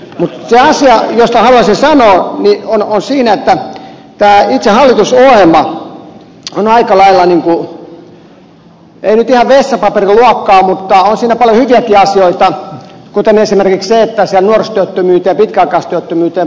mutta se asia josta haluaisin sanoa on se että itse tämä hallitusohjelma on aika lailla ei nyt ihan vessapaperin luokkaa vaan on siinä paljon hyviäkin asioita kuten esimerkiksi se että siinä nuorisotyöttömyyteen ja pitkäaikaistyöttömyyteen puututaan